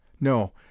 No